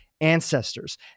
ancestors